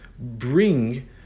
bring